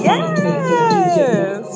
Yes